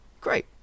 Great